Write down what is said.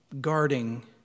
guarding